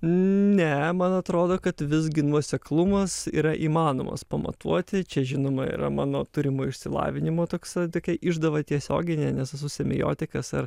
ne man atrodo kad visgi nuoseklumas yra įmanomas pamatuoti čia žinoma yra mano turimo išsilavinimo toks tokia išdava tiesioginė nes esu semiotikas ir